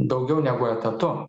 daugiau negu etatu